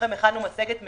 הכנו מצגת מהירה.